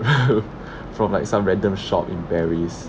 from like some random shop in paris